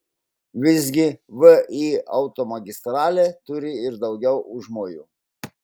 visgi vį automagistralė turi ir daugiau užmojų